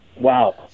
wow